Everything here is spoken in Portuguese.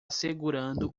segurando